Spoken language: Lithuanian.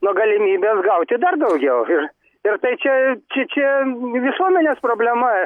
nuo galimybės gauti dar daugiau ir ir tai čia čia čia visuomenės problema